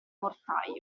mortaio